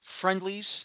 friendlies